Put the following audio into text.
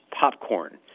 Popcorn